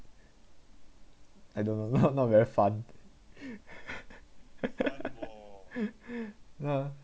I don't know not not very fun